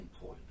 point